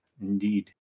Indeed